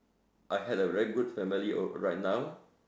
I had a very good family right now